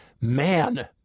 man